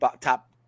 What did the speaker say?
top